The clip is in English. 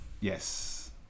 Yes